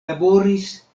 laboris